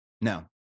No